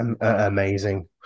amazing